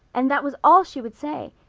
and that was all she would say.